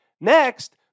Next